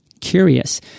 curious